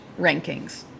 rankings